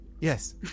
Yes